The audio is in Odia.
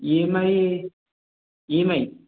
E M I E M I